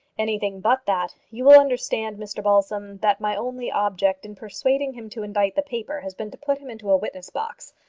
anything but that. you will understand, mr balsam, that my only object in persuading him to indict the paper has been to put him into a witness-box.